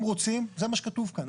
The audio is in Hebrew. אם רוצים, זה מה שכתוב כאן.